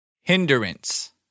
hindrance